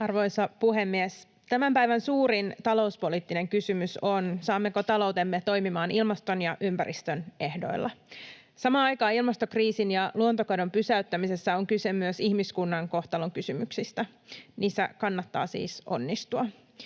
Arvoisa puhemies! Tämän päivän suurin talouspoliittinen kysymys on, saammeko taloutemme toimimaan ilmaston ja ympäristön ehdoilla. Samaan aikaan ilmastokriisin ja luontokadon pysäyttämisessä on kyse myös ihmiskunnan kohtalonkysymyksistä. Niissä kannattaa siis onnistua.